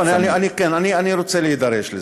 אני רוצה להידרש לזה,